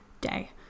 day